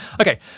Okay